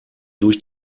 durch